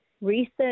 research